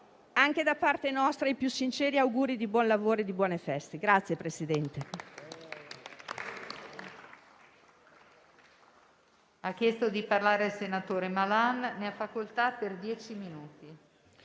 anche da parte nostra i più sinceri auguri di buon lavoro e di buone feste.